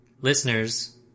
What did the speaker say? listeners